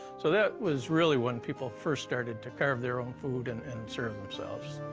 so that was really when people first started to carve their own food and and serve themselves.